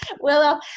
Willow